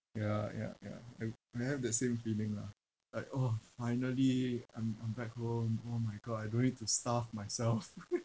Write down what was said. ya ya ya I I have that same feeling lah like orh finally I'm I'm back home oh my god I don't need to starve myself